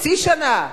חצי שנה?